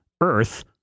Earth